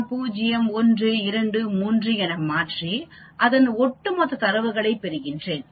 நான் 0 1 2 3 4 என மாற்றி அதன் ஒட்டுமொத்த தரவுகளை பெறுகிறேன்